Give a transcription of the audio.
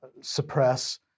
suppress